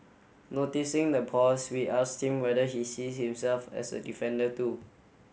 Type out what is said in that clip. noticing the pause we asked him whether he sees himself as a defender too